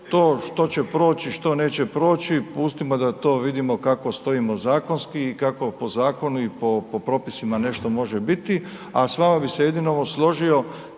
To što će proći, što neće proći, pustimo da to vidimo kako stojimo zakonski i kako po zakonu i po propisima nešto može biti a s vama bi se jedino složio